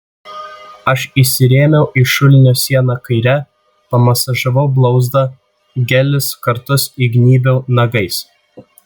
aš įsirėmiau į šulinio sieną kaire pamasažavau blauzdą gelis kartus įgnybiau nagais